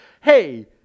Hey